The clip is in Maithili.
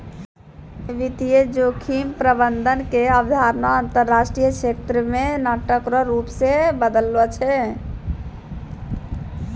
वित्तीय जोखिम प्रबंधन के अवधारणा अंतरराष्ट्रीय क्षेत्र मे नाटक रो रूप से बदललो छै